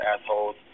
assholes